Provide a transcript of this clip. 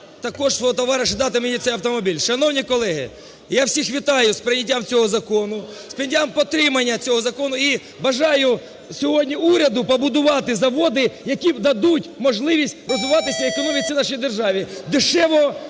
також свого товариша дати мені цей автомобіль. Шановні колеги, я всіх вітаю з прийняттям цього закону, з прийняттям, підтриманням цього закону, і бажаю сьогодні уряду побудувати заводи, які дадуть можливість розвиватися економіці нашій державі,